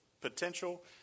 potential